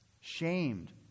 shamed